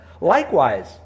Likewise